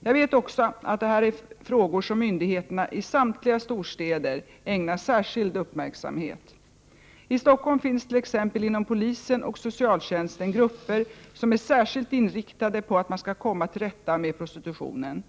Jag vet också att detta är frågor som myndigheterna i samtliga storstäder ägnar särskild uppmärksamhet. I Stockholm finns t.ex. inom polisen och socialtjänsten grupper som är särskilt inriktade på att man skall komma till rätta med prostitutionen.